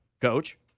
Coach